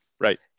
Right